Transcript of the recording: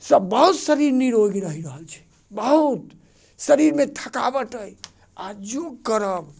सँ बहुत शरीर निरोग रहि रहल छै बहुत शरीरमे थकावट अइ आओर योग करब